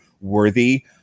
worthy